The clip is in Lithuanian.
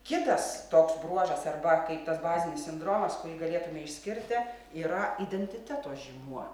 kitas toks bruožas arba kaip tas bazinis sindromas kurį galėtume išskirti yra identiteto žymuo